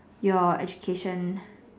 your education